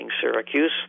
Syracuse